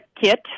kit